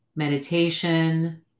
meditation